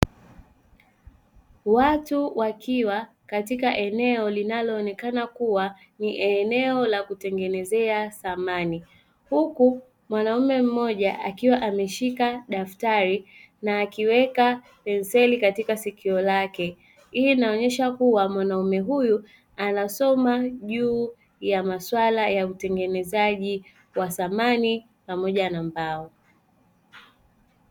Watu wakiwa katika eneo linaloonekana kuwa ni eneo la kutengenezea samani, huku mwanaume mmoja akiwa ameshika daftari na akiweka penseli katika sikio lake, hii inaonyesha kuwa mwanaume huyu anasoma juu ya maswala ya utengenezaji wa samani pamoja na mbao.